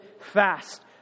fast